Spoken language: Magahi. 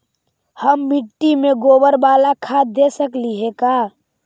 हम मिट्टी में गोबर बाला खाद दे सकली हे का?